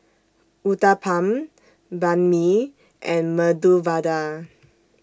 Uthapam Banh MI and Medu Vada